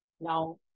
Now